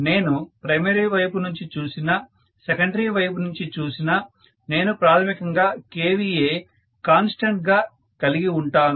నేను ప్రైమరీ వైపు నుంచి చూసినా సెకండరీ వైపు నుంచి చూసినా నేను ప్రాథమికంగా kVA కాన్స్టెంట్ గా కలిగి ఉంటాను